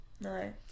No